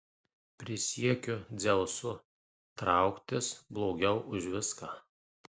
prisiekiu dzeusu trauktis blogiau už viską